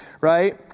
right